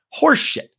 horseshit